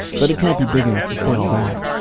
but it can't be big enough to say all that.